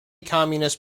communist